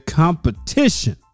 competition